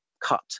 cut